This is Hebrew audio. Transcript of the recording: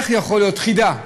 חידה.